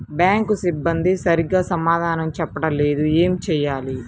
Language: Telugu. బ్యాంక్ సిబ్బంది సరిగ్గా సమాధానం చెప్పటం లేదు ఏం చెయ్యాలి?